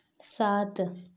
सात